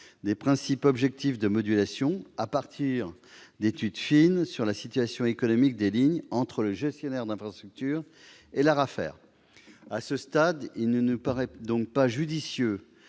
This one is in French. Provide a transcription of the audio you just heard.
des principes objectifs de modulation à partir d'études fines relatives à la situation économique des lignes, entre le gestionnaire d'infrastructure et l'ARAFER. À ce stade, il ne nous paraît donc pas judicieux